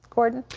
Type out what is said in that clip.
gordon?